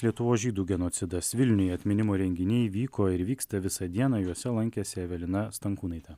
lietuvos žydų genocidas vilniuje atminimo renginiai vyko ir vyksta visą dieną juose lankėsi evelina stankūnaitė